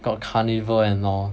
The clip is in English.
got carnival and all